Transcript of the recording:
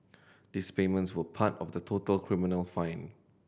these payments were part of the total criminal fine